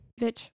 bitch